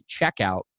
checkout